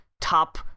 top